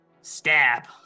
stab